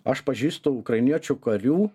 aš pažįstu ukrainiečių karių